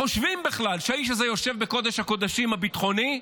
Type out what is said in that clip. חושבים בכלל שהאיש הזה יושב בקודש-הקודשים הביטחוני,